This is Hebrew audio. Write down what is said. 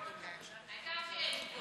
העיקר שיש גבול.